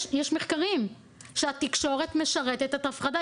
יש מחקרים שמראים שהתקשורת משרתת את ההפחדה.